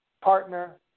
partner